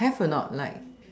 have or not like